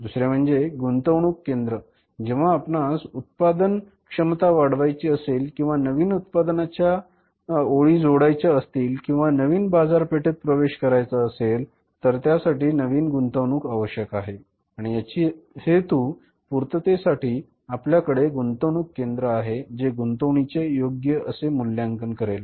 दुसरे म्हणजे गुंतवणूक केंद्र जेव्हा आपणास उत्पादन क्षमता वाढवायची असेल किंवा नवीन उत्पादनाच्या ओळी जोडायच्या असतील किंवा नवीन बाजार पेठेत प्रवेश करायचा असेल तर त्यासाठी नवीन गुंतवणूक आवश्यक आहे आणि याची हेतू पूर्तते साठी आपल्या कडे गुंतवणूक केंद्र आहे जे गुंतवणुकीचे योग्य असे मूल्यांकन करेल